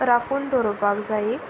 राखून दवरुपाक जाय